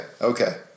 Okay